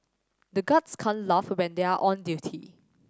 the guards can't laugh when they are on duty